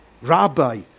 Rabbi